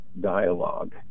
dialogue